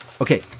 Okay